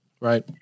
Right